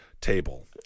table